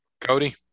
Cody